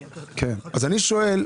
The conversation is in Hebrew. אני שואל,